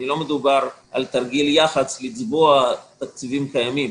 לא מדובר על תרגיל יח"צ לצבוע תקציבים קיימים.